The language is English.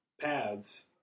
paths